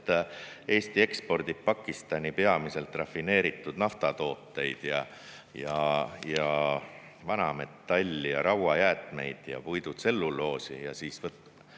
et Eesti ekspordib Pakistani peamiselt rafineeritud naftatooteid, vanametalli, rauajäätmeid ja puidutselluloosi ning hangib